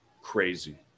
crazy